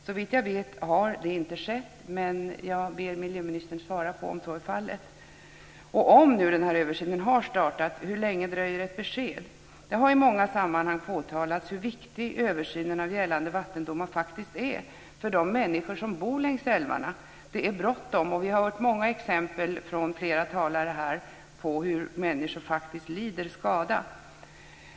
Såvitt jag vet har det inte skett, men jag ber miljöministern att svara på om så är fallet. Om översynen har startat, hur länge dröjer ett besked? Det har i många sammanhang påtalats hur viktig översynen av gällande vattendomar faktiskt är för de människor som bor längs älvarna. Det är bråttom. Vi har hört många exempel från flera talare på hur människor lider skada.